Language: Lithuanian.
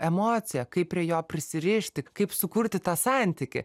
emociją kaip prie jo prisirišti kaip sukurti tą santykį